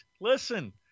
Listen